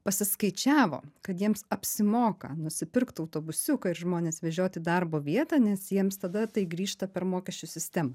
pasiskaičiavo kad jiems apsimoka nusipirkt autobusiuką ir žmones vežiot į darbo vietą nes jiems tada tai grįžta per mokesčių sistemą